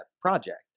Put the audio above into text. project